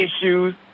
issues